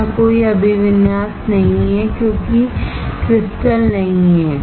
यहाँ कोई अभिविन्यास नहीं है क्योंकि क्रिस्टल नहीं है